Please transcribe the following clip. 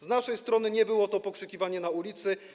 Z naszej strony nie było to pokrzykiwanie na ulicy.